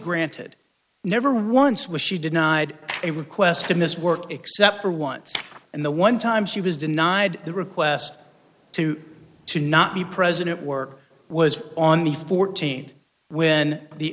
granted never once was she denied a request to miss work except for once and the one time she was denied the request to to not be president work was on the fourteenth when the